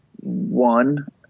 one